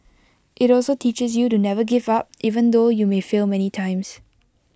IT also teaches you to never give up even though you may fail many times